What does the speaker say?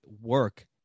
work